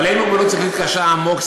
בעלי מוגבלות שכלית קשה/עמוק/סיעודיים,